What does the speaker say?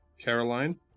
Caroline